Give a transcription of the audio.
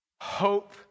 hope